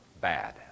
bad